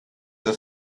the